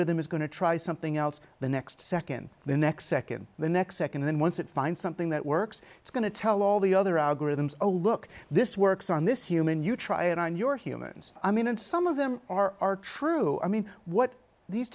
algorithm is going to try something else the next second the next second the next second then once it finds something that works it's going to tell all the other algorithms a look this works on this human you try it on your humans i mean and some of them are true i mean what these